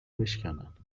بشکنن